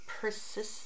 persistent